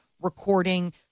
recording